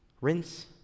rinse